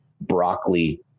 broccoli